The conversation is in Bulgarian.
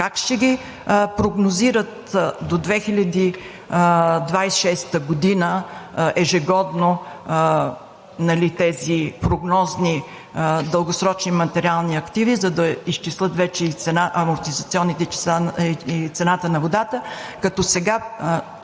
Как ще ги прогнозират до 2026 г. ежегодно тези прогнозни дългосрочни материални активи, за да изчислят вече и амортизационните числа, и цената на водата, като сега